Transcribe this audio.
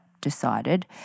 decided